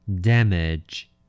damage